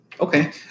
Okay